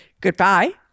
Goodbye